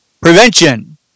Prevention